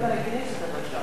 בבקשה.